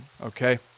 okay